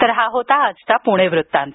तर हा होता आजचा पुणे वृत्तांत